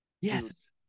Yes